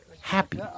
happy